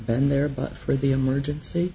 been there but for the emergency